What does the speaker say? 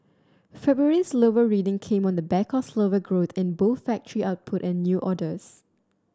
February's lower reading came on the back of slower growth in both factory output and new orders